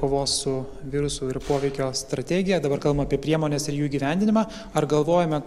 kovos su virusu ir poveikio strategiją dabar kalbam apie priemones ir jų įgyvendinimą ar galvojame